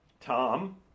Tom